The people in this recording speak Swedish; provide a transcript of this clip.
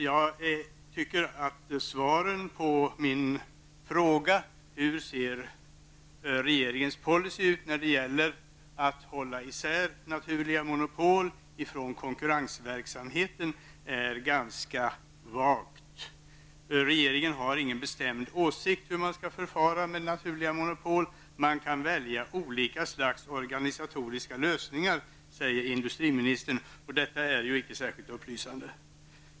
Jag tycker att svaret på min fråga om hur regeringens policy ser ut när det gäller att hålla i sär naturliga monopol från konkurrensverksamhet är ganska vagt. Regeringen har ingen bestämd åsikt om hur man skall förfara med naturliga monopol. Man kan välja olika slags organisatoriska lösningar, sade industriministern. Detta är ju icke särskilt upplysande.